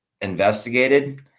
investigated